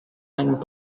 any